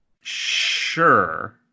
Sure